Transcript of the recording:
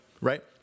right